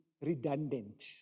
redundant